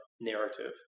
narrative